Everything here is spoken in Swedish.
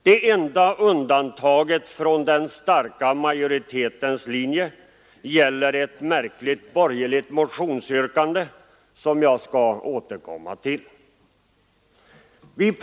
Det enda undantaget från den starka majoritetens linje gäller ett märkligt borgerligt motionsyrkande, som jag skall återkomma till.